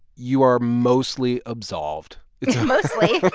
you are mostly absolved mostly?